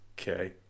Okay